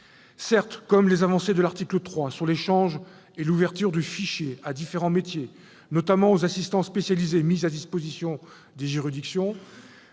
Certes, comme pour les avancées de l'article 3 sur l'échange et l'ouverture de fichiers à différents métiers, notamment aux assistants spécialisés mis à disposition des juridictions,